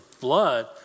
blood